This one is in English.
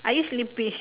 are you sleeping